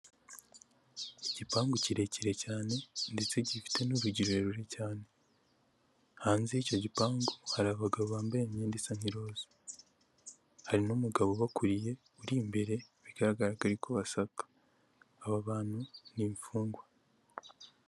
Igipangu kirekire cyane ndetse gifite n'urugi rurerure cyane, hanze y'icyo gipangu hari abagabo bambaye imyenda isa nk'iroza hari n'umugabo ubakuriye uri imbere bigaragara ko ari kubasaka aba bantu ni imfungwa.